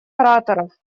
ораторов